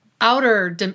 outer